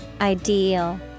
ideal